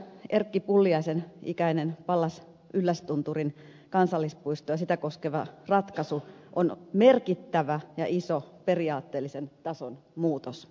erkki pulliaisen ikäinen pallas yllästunturin kansallispuisto ja sitä koskeva ratkaisu on merkittävä ja iso periaatteellisen tason muutos